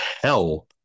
hell